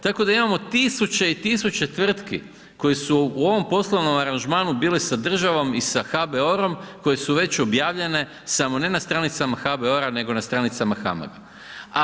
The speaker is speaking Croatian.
Tako da imamo tisuće i tisuće tvrtki koje su u ovom poslovnom aranžmanu bili sa državom i sa HBOR-om koje su već objavljene, samo ne na stranicama HBOR-a nego na stranicama HAMAG-a.